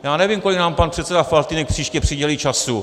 Já nevím, kolik nám pan předseda Faltýnek příště přidělí času.